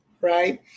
right